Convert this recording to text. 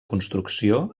construcció